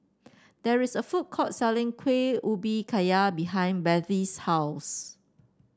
there is a food court selling Kueh Ubi Kayu behind Bethzy's house